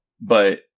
but-